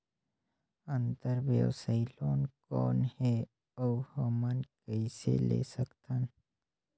अंतरव्यवसायी लोन कौन हे? अउ हमन कइसे ले सकथन?